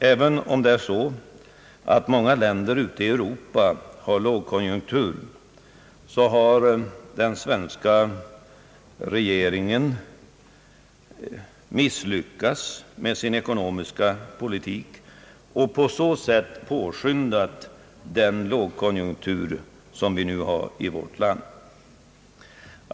Även om många länder ute i Europa har lågkonjunktur, har den svenska regeringen misslyckats med sin ekonomiska politik och på så sätt påskyndat den lågkonjunktur som nu råder i vårt land.